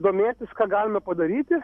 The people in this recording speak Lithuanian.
domėtis ką galime padaryti